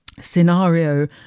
scenario